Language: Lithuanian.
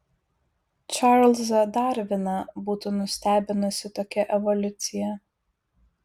čarlzą darviną būtų nustebinusi tokia evoliucija